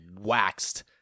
waxed